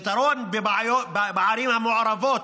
פתרון בערים המעורבות,